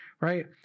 right